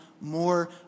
more